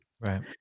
Right